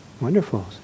Wonderful